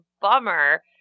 bummer